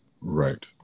Right